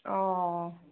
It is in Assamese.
অ